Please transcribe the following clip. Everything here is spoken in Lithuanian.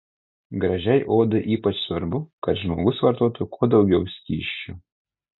gražiai odai ypač svarbu kad žmogus vartotų kuo daugiau skysčių